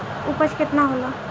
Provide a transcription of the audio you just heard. उपज केतना होला?